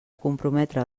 comprometre